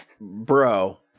Bro